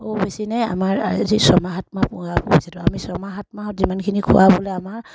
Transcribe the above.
বেছি নাই আমাৰ যি ছমাহত সাতমাহ পোহাৰ পইচাতো আমি ছমাহ সাতমাহত যিমানখিনি খুৱাবলৈ আমাৰ